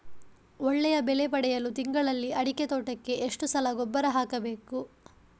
ಒಳ್ಳೆಯ ಬೆಲೆ ಪಡೆಯಲು ತಿಂಗಳಲ್ಲಿ ಅಡಿಕೆ ತೋಟಕ್ಕೆ ಎಷ್ಟು ಸಲ ಗೊಬ್ಬರ ಹಾಕಬೇಕು?